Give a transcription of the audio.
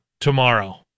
tomorrow